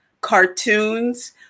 cartoons